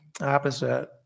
opposite